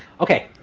ok,